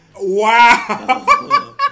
wow